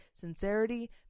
sincerity